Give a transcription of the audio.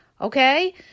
Okay